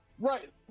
Right